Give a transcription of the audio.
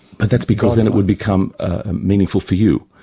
but that's because then it could become ah meaningful for you,